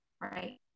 right